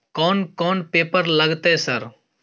कोन कौन पेपर लगतै सर?